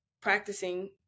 practicing